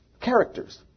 Characters